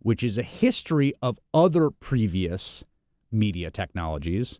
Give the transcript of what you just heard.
which is a history of other previous media technologies